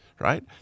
right